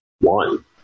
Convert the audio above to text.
one